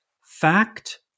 Fact